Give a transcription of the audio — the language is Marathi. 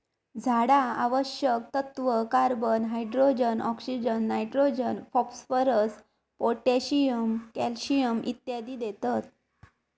झाडा आवश्यक तत्त्व, carbon, hydrogen, oxygen, nitrogen, phosphorus, potassium, calcium इत्यादी देतत